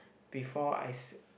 before I s~